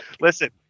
Listen